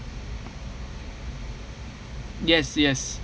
yes yes